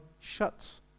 shuts